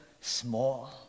small